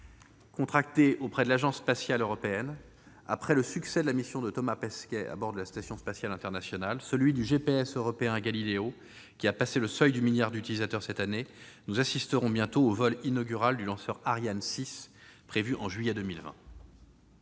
la France auprès de l'Agence spatiale européenne. Après le succès de la mission de Thomas Pesquet à bord de la station spatiale internationale et celui du GPS européen, Galileo, qui a dépassé le seuil du milliard d'utilisateurs cette année, nous assisterons, en juillet prochain, au vol inaugural du lanceur Ariane 6. La compétition